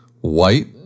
White